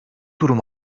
durum